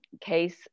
case